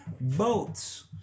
boats